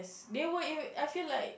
they will it I feel like